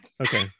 Okay